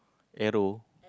arrow